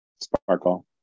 Sparkle